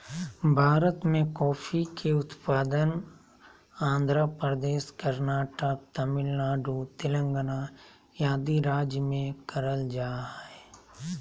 भारत मे कॉफी के उत्पादन आंध्र प्रदेश, कर्नाटक, तमिलनाडु, तेलंगाना आदि राज्य मे करल जा हय